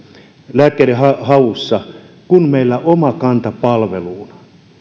lääkkeiden haussa kun omakanta palveluun